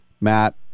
Matt